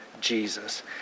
Jesus